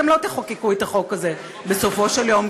אתם לא תחוקקו את החוק הזה בסופו של יום,